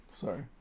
sorry